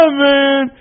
man